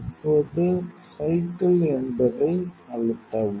இப்போது சைக்கிள் என்பதை அழுத்தவும்